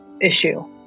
issue